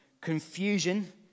confusion